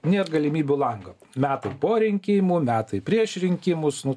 minėjot galimybių langą metai po rinkimų metai prieš rinkimus nu